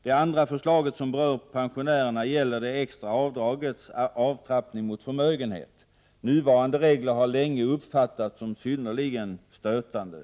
Det andra förslaget som berör pensionärerna gäller det extra avdragets avtrappning i förhållande till förmögenhet. Nuvarande regler har länge uppfattats som synnerligen stötande.